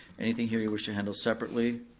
anything here you wish to handle separately?